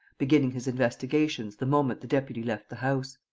beginning his investigations the moment the deputy left the house.